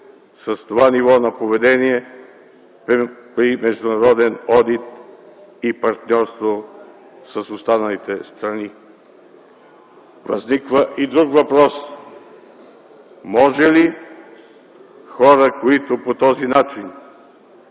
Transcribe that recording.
с това ниво на поведение при международен одит и партньорство с останалите страни? Възниква и друг въпрос – може ли хора, които по този начин